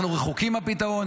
אנחנו רחוקים מהפתרון,